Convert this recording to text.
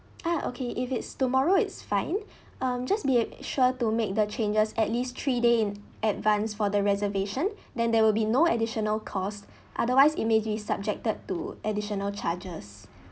ah okay if it's tomorrow it's fine um just be sure to make the changes at least three days in advance for the reservation then there will be no additional cost otherwise it may be subjected to additional charges